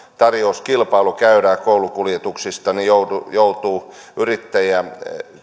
tarjouskilpailu käydään koulukuljetuksista joutuu yrittäjä